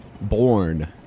born